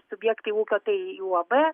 subjektai ūkio tai uab